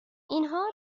اینها